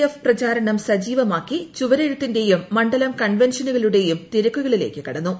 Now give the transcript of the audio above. F പ്രചാരണം സജീവമാക്കി ചുവരെഴുത്തിന്റെയും മണ്ഡലം കൺവെൻഷനുകളുടേയും തിരക്കുകളിലേക്ക് കടന്നു